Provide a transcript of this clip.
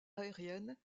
aériennes